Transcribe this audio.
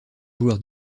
joueur